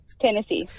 Tennessee